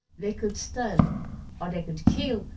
they could stun or they could kill,